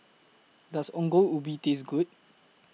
Does Ongol Ubi Taste Good